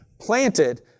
Planted